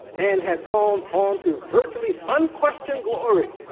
and has gone on to virtually unquestioned glory.